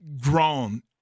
grown